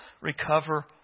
recover